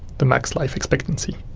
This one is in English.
the max life expectancy.